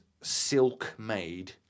silk-made